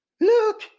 Look